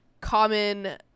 common